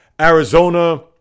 Arizona